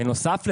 בנוסף לזה,